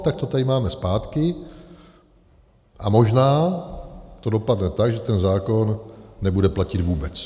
Tak to tady máme zpátky a možná to dopadne tak, že ten zákon nebude platit vůbec.